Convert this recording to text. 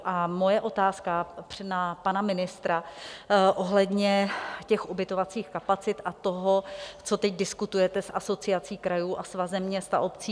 A moje otázka na pana ministra ohledně těch ubytovacích kapacit a toho, co teď diskutujete s Asociací krajů a Svazem měst a obcí.